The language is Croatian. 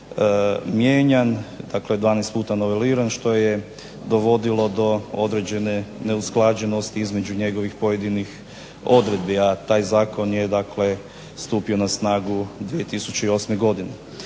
mijenjan, noveliran što je dovodilo do određene neusklađenosti između pojedinih odredbi, a taj zakon je dakle stupio na snagu 2008. godine.